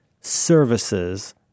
services